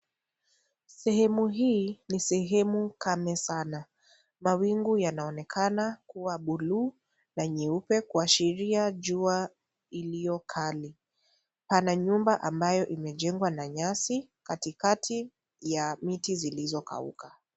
Sehemu hii ni sehemu kame sana, mawingu yanaonekana kuwa bluu na nyeupe kuashiria jua iliyo kali pana nyumba ambayo imejengwa na nyasi katikati ya miti zilizo kauka.